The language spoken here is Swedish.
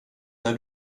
när